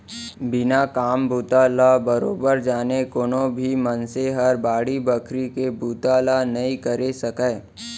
बिना काम बूता ल बरोबर जाने कोनो भी मनसे हर बाड़ी बखरी के बुता ल नइ करे सकय